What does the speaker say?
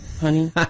honey